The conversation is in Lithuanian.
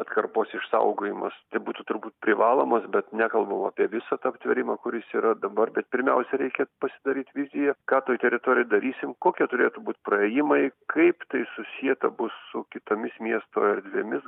atkarpos išsaugojimas tai būtų turbūt privalomas bet nekalbu apie visą tą aptvėrimą kuris yra dabar bet pirmiausia reikia pasidaryt viziją ką toj teritorij darysim kokie turėtų būt praėjimai kaip tai susieta bus su kitomis miesto erdvėmis